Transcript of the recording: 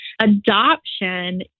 adoption